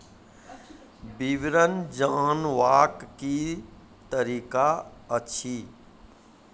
विवरण जानवाक की तरीका अछि?